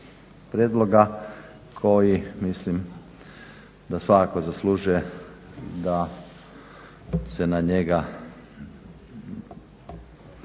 prijedloga koji mislim da svakako zaslužuje da se na njega